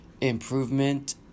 improvement